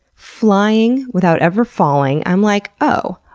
flying without ever falling. i'm like, oh,